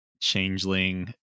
changeling